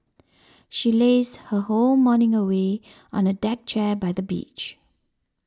she lazed her whole morning away on a deck chair by the beach